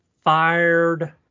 fired